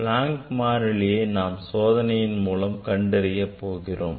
Planks மாறிலியை நாம் சோதனை மூலம் கண்டறிய போகிறோம்